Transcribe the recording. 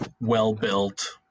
well-built